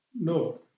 No